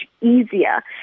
easier